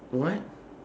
what